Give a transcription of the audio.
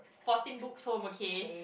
fourteen books home okay